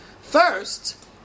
first